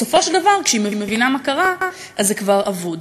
בסופו של דבר, כשהיא מבינה מה קרה, זה כבר אבוד.